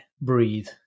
breathe